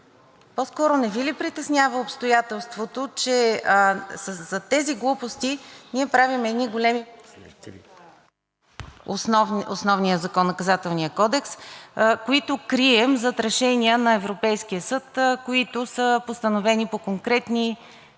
По-скоро не Ви ли притеснява обстоятелството, че за тези глупости ние правим едни промени в основния закон – Наказателния кодекс, които крием зад решения на Европейския съд, които са постановени по конкретни,